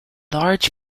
large